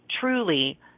truly